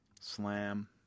Slam